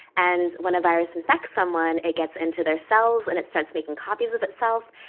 and when a virus infects someone, it gets into their cells, and it starts making copies of itself.